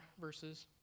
verses